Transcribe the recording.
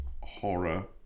horror